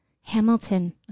Hamilton